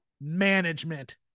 management